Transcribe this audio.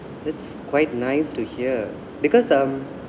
that's quite nice to hear because um